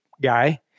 guy